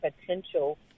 potential